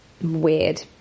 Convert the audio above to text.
weird